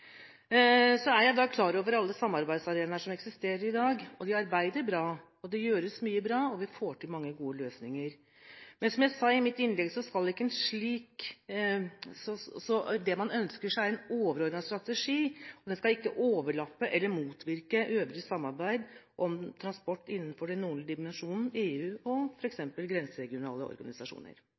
Så er jeg klar over alle samarbeidsarenaer som eksisterer i dag. Vi arbeider bra, det gjøres mye bra, og vi får til mange gode løsninger. Men som jeg sa i mitt innlegg, er det man ønsker seg en overordnet strategi. Den skal ikke overlappe eller motvirke øvrig samarbeid om transport innenfor den nordlige dimensjonen, EU og f.eks. grenseregionale organisasjoner.